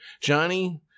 Johnny